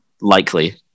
likely